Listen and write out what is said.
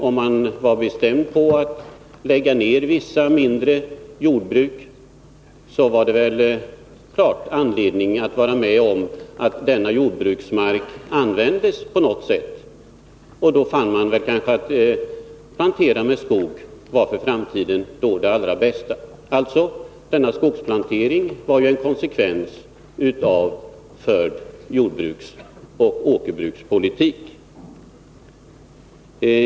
Om man bestämt sig för att lägga ner vissa mindre jordbruk, så fanns det givetvis anledning att stödja tanken att denna jordbruksmark skulle användas på något annat sätt, och då fann man att skogsplantering kanske var det allra bästa. Denna skogsplantering var alltså en konskvens av den jordbruksoch åkerbrukspolitik som fördes.